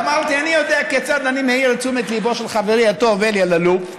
ואמרתי: אני יודע כיצד אני מעיר את תשומת ליבו של חברי הטוב אלי אלאלוף,